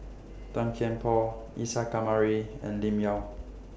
Tan Kian Por Isa Kamari and Lim Yau